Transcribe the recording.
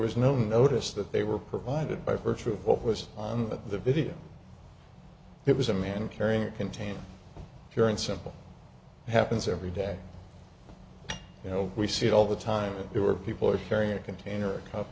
was no notice that they were provided by virtue of what was on the video it was a man carrying a container here and simple happens every day you know we see it all the time there were people are carrying a container a cup